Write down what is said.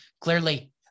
clearly